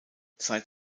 seit